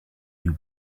you